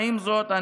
עם זאת,